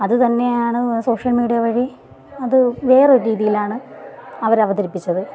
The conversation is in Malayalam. അത് തന്നെയാണ് സോഷ്യൽ മീഡിയ വഴി അത് വേറൊരു രീതിയിലാണ് അവർ അവതരിപ്പിച്ചത്